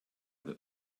that